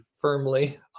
firmly